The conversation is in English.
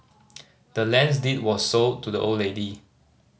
the land's deed was sold to the old lady